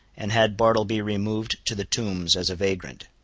and had bartleby removed to the tombs as a vagrant.